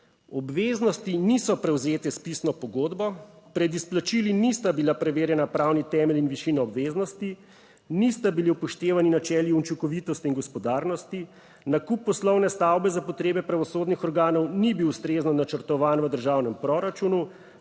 Obveznosti niso prevzete s pisno pogodbo, pred izplačili nista bila preverjena pravni temelj in višina obveznosti, nista bili upoštevani načeli učinkovitosti in gospodarnosti, nakup poslovne stavbe za potrebe pravosodnih organov ni bil ustrezno načrtovan v državnem proračunu,